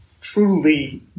truly